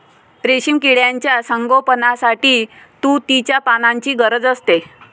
रेशीम किड्यांच्या संगोपनासाठी तुतीच्या पानांची गरज असते